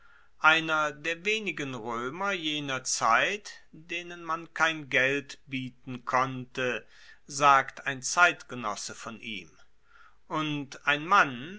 einer der wenigen roemer jener zeit denen man kein geld bieten konnte sagt ein zeitgenosse von ihm und ein mann